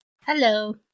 Hello